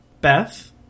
Beth